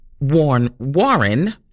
Warren